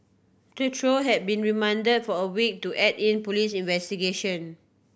the trio have been remand for a week to aid in police investigation